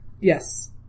Yes